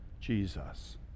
Jesus